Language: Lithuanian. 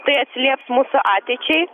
tai atsilieps mūsų ateičiai